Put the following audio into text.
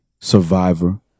survivor